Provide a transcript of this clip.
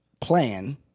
plan